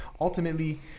ultimately